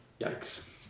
Yikes